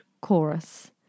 chorus